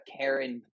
karen